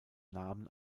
namen